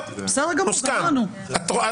מקובל?